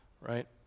right